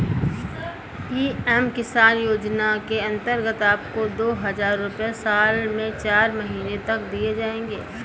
PM Kisan योजना के अंतर्गत आपको दो हज़ार रुपये साल में चार महीने तक दिए जाएंगे